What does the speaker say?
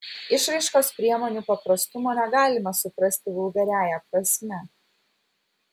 išraiškos priemonių paprastumo negalima suprasti vulgariąja prasme